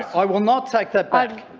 i will not take that back.